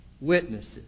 witnesses